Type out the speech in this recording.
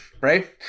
right